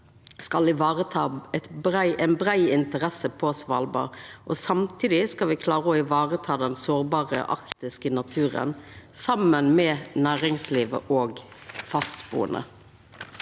skal vareta ei brei interesse på Svalbard. Samtidig skal me klara å vareta den sårbare arktiske naturen saman med næringslivet og fastbuande.